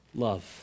love